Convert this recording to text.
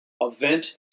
Event